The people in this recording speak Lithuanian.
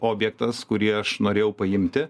objektas kurį aš norėjau paimti